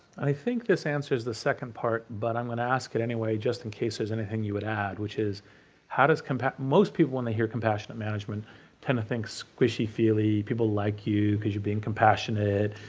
i think this answers the second part, but i'm gonna ask it anyway just in case there's anything you would add, which is how does, most people, when they hear compassionate management tend to think squishy-feely, people like you because you're being compassionate,